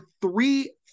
three